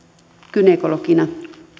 gynekologina